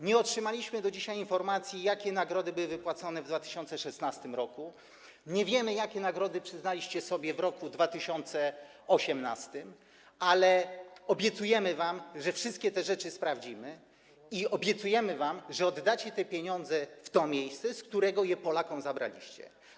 Nie otrzymaliśmy do dzisiaj informacji, jakie nagrody były wypłacone w 2016 r., nie wiemy, jakie nagrody przyznaliście sobie w roku 2018, ale obiecujemy wam, że wszystkie te rzeczy sprawdzimy, i obiecujemy wam, że oddacie te pieniądze w to miejsce, z którego je Polakom zabraliście.